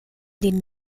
den